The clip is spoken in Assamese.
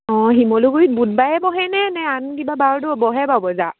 অঁ শিমলুগুৰিত বুধবাৰে বহে নে নে আন কিবা বাৰটো বহে বাৰু বজাৰ